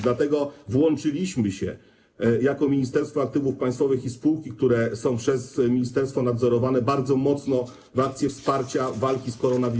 Dlatego włączyliśmy się - Ministerstwo Aktywów Państwowych i spółki, które są przez ministerstwo nadzorowane - bardzo mocno w akcję wsparcia walki z koronawirusem.